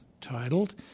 titled